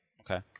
Okay